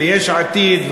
ויש עתיד,